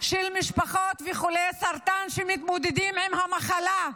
של משפחות וחולי סרטן שמתמודדים עם המחלה.